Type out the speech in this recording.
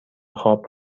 خواب